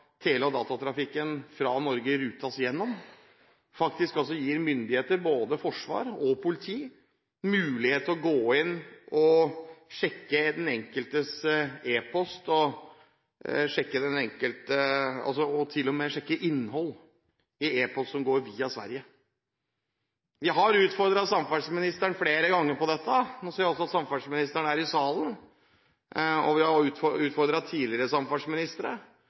myndigheter, både forsvar og politi, gis mulighet til å gå inn og sjekke den enkeltes e-post og til og med sjekke innhold i e-post som går via Sverige. Vi har utfordret samferdselsministeren flere ganger på dette – nå ser jeg også at samferdselsministeren er i salen – og vi har